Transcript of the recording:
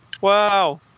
Wow